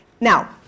Now